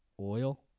oil